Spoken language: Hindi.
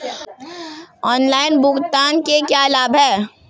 ऑनलाइन भुगतान के क्या लाभ हैं?